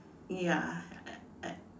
ya I I